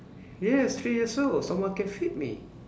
yes three years old someone can feed me